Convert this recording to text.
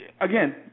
again